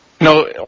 No